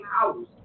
house